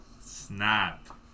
Snap